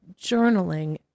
journaling